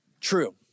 True